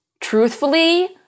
truthfully